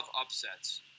upsets